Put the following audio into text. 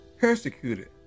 persecuted